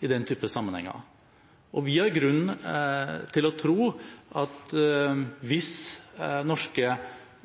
i den typen sammenhenger, og vi har grunn til å tro at hvis norske